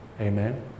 Amen